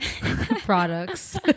products